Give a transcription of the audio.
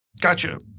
Gotcha